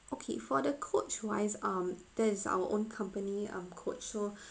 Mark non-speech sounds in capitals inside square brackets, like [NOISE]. okay for the coach wise um that is our own company um coach so [BREATH]